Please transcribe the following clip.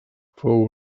fou